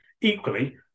Equally